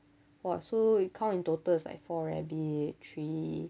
!wah! so you count in total is like four rabbit three